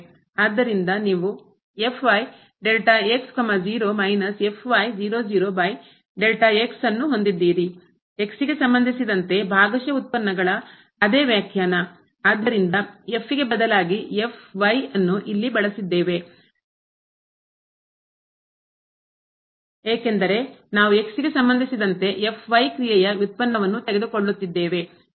ಆದ್ದರಿಂದ ನೀವು ಗೆ ಸಂಬಂಧಿಸಿದಂತೆ ಭಾಗಶಃ ಉತ್ಪನ್ನಗಳ ಅದೇ ವ್ಯಾಖ್ಯಾನ ಆದ್ದರಿಂದ ಬದಲಾಗಿ ಇಲ್ಲಿ ಬಳಸಿದ್ದೇವೆ ಏಕೆಂದರೆ ನಾವು ಗೆ ಸಂಬಂಧಿಸಿದಂತೆ ಕ್ರಿಯೆಯ ವ್ಯುತ್ಪನ್ನವನ್ನು ತೆಗೆದುಕೊಳ್ಳುತ್ತಿದ್ದೇವೆ